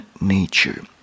nature